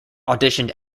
auditioned